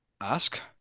ask